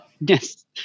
Yes